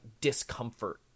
discomfort